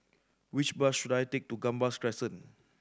which bus should I take to Gambas Crescent